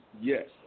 yes